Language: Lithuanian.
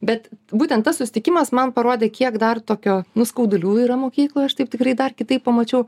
bet būtent tas susitikimas man parodė kiek dar tokio nu skaudulių yra mokykloj aš taip tikrai dar kitaip pamačiau